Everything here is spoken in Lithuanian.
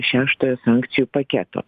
šeštojo sankcijų paketo